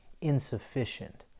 insufficient